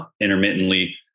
intermittently